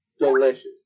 Delicious